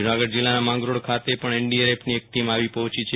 જૂનાગઢ જીલ્લાના માંગરીળ ખાતે પણ એનડીઆરએફની એક ટીમ આવી પહોંચી છે